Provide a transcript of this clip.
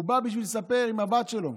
הוא בא בשביל לספר, עם הבת שלו,